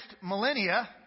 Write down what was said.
millennia